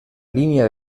línia